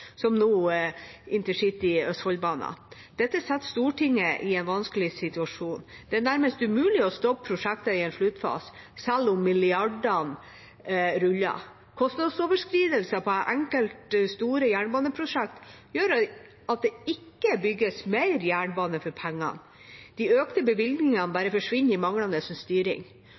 som nå intercity Østfoldbanen. Dette setter Stortinget i en vanskelig situasjon. Det er nærmest umulig å stoppe prosjekter i en sluttfase selv om milliardene ruller. Kostnadsoverskridelser på enkelte store jernbaneprosjekter gjør at det ikke bygges mer jernbane for pengene. De økte bevilgningene bare forsvinner i manglende styring.